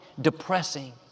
depressing